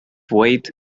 weight